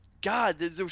God